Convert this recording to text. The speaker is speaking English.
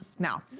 now,